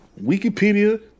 Wikipedia